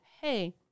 Hey